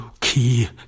key